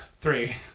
Three